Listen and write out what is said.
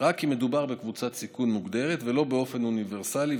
רק אם מדובר בקבוצת סיכון מוגדרת ולא באופן אוניברסלי,